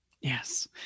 Yes